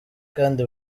kandi